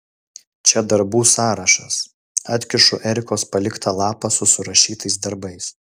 čia darbų sąrašas atkišu erikos paliktą lapą su surašytais darbais